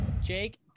jake